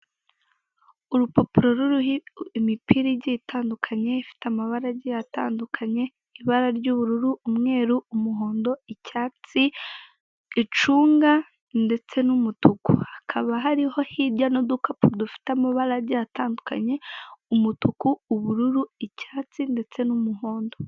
Urupapuro ruriho imipira igiye itandukanye, ifite amabara atandukanye, ibara ry'ubururu, umweru, umuhondo, icyatsi, icunga, ndetse n'umutuku. Hakaba hariho hirya n'udukapu dufite amabara agiye atandukanye, umutuku, ubururu, icyatsi, ndetse n'umuhondo.